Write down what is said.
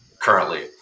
currently